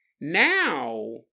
Now